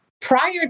Prior